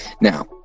now